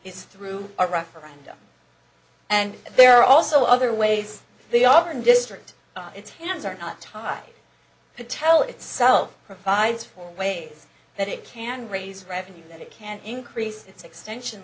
is through a referendum and there are also other ways they are in district it's hands are not tied patel itself provides for ways that it can raise revenue that it can increase its extension